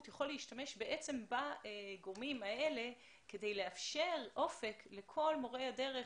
יכול להשתמש בגורמים האלה כדי לאפשר אופק לכל מורי הדרך,